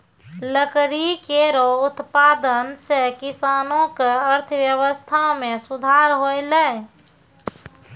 लकड़ी केरो उत्पादन सें किसानो क अर्थव्यवस्था में सुधार हौलय